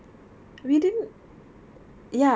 ya june